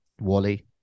wally